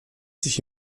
sich